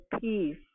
peace